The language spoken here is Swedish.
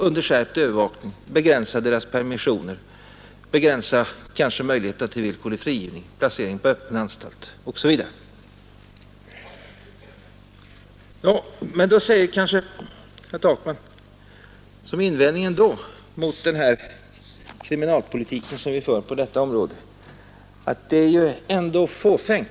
Man måste begränsa deras möjligheter till permissioner, till villkorlig frigivning, till placering på öppna anstalter osv. Herr Takman vill till sist mot den kriminalpolitik som vi för på detta område invända att åtgärderna i stor utsträckning är fåfänga.